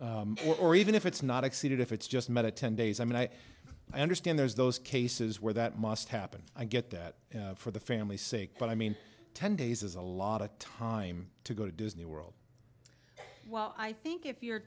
or even if it's not exceeded if it's just met a ten days i mean i understand there's those cases where that must happen i get that for the family's sake but i mean ten days is a lot of time to go to disney world well i think if you're